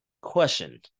question